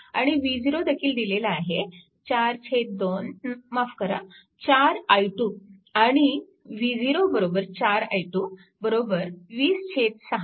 आणि v0 देखील दिलेला आहे 42 माफ करा 4 i2 आणि v0 4 i2 206V